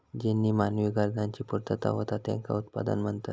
ज्येनीं मानवी गरजांची पूर्तता होता त्येंका उत्पादन म्हणतत